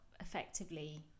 effectively